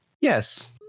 Yes